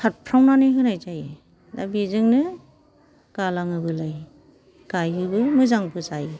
सारफ्रावनानै होनाय जायो दा बेजोंनो गालाङोबोलाय गायोबो मोजांबो जायो